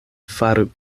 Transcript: faru